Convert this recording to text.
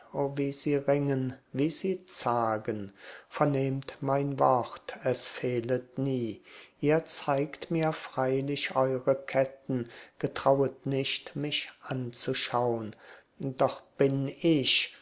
sie ringen wie sie zagen vernehmt mein wort es fehlet nie ihr zeigt mir freilich eure ketten getrauet nicht mich anzuschaun doch bin ich